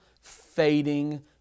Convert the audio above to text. fading